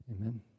Amen